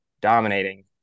dominating